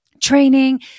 training